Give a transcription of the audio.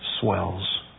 swells